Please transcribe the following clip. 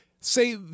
say